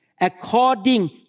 according